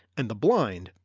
and the blind,